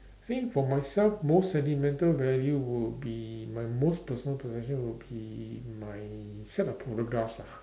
I think for myself most sentimental value would be my most personal possession would be my set of photographs lah